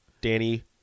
Danny